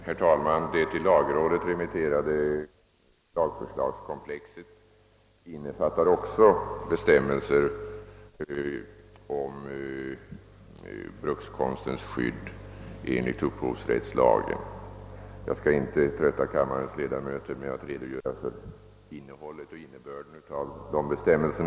Herr talman! Det till lagrådet remitterade lagförslagskomplexet innefattar också bestämmelser om brukskonstens skydd enligt upphovsrättslagen. Jag skall inte trötta kammarens ledamöter med att redogöra för innehållet och innebörden av dessa bestämmelser.